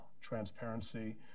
transparency